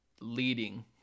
leading